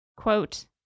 Quote